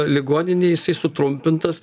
ligoninėj jisai sutrumpintas